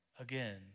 again